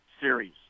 series